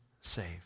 saved